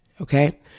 Okay